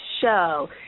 show